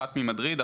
אחת ממדריד,